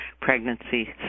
pregnancy